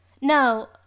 No